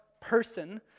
person